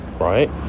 Right